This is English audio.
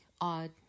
odd